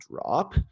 drop